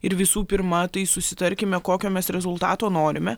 ir visų pirma tai susitarkime kokio mes rezultato norime